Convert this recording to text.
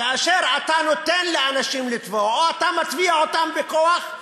כאשר אתה נותן לאנשים לטבוע או שאתה מטביע אותם בכוח,